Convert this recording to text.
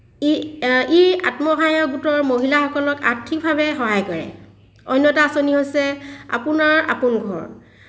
ই ই আত্মসহায়ক গোটৰ মহিলাসকলক আৰ্থিকভাৱে সহায় কৰে অন্য এটা আঁচনি হৈছে আপোনাৰ আপোন ঘৰ